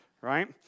right